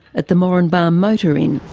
at the moranbah um motor inn.